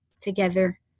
together